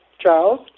Charles